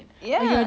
ya